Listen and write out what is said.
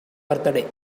birthday